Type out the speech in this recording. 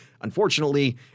Unfortunately